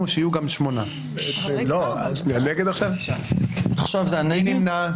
9 נמנעים,